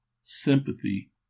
Sympathy